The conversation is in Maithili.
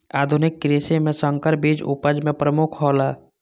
आधुनिक कृषि में संकर बीज उपज में प्रमुख हौला